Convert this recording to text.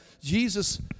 Jesus